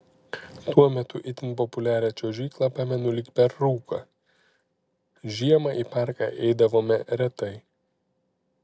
tuo metu itin populiarią čiuožyklą pamenu lyg per rūką žiemą į parką eidavome retai